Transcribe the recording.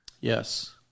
Yes